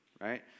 right